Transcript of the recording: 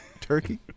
Turkey